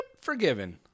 forgiven